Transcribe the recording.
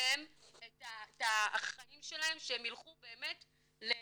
עליהם את החיים שלהם שהם ילכו באמת להיות